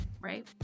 right